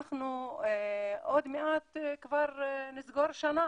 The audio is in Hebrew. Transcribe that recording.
אנחנו עוד מעט כבר נסגור שנה